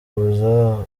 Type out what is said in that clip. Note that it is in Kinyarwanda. kuza